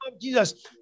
Jesus